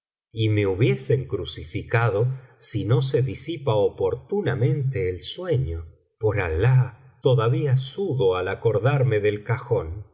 y me hubiesen crucificado si no se disipa oportunamente el sueño por alah todavía sudo al acordarme del cajón